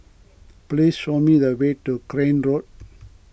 please show me the way to Crane Road